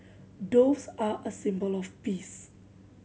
doves are a symbol of peace